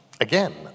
again